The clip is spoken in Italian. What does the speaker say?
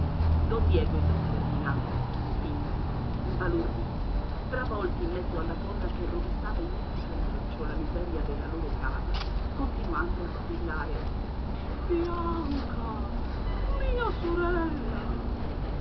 don diego e don ferdinando spinti sbalorditi travolti in mezzo alla folla che rovistava in ogni cantuccio la miseria della loro casa continuando a strillare bianca mia sorella